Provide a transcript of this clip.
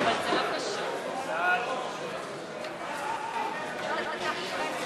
ההסתייגויות לסעיף 54,